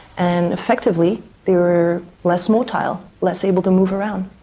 and effectively they were less motile, less able to move around.